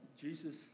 Jesus